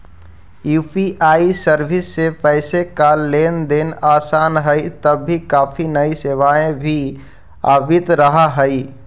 UPI service से पैसे का लेन देन आसान हई तभी काफी नई सेवाएं भी आवित रहा हई